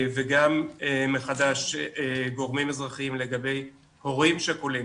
וגם מחדש גורמים אזרחיים לגבי הורים שכולים